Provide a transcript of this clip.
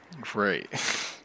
Great